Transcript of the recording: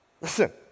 Listen